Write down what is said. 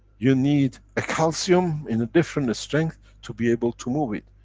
you need calcium in a different strength to be able to move it.